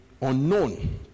unknown